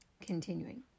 Continuing